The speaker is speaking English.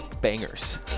bangers